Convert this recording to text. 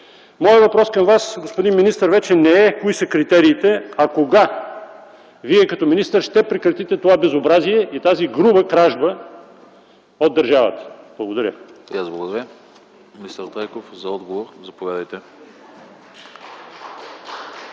Моят въпрос към Вас, господин министър, вече не е кои са критериите, а кога Вие като министър ще прекратите това безобразие и тази груба кражба от държавата? Благодаря